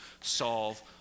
solve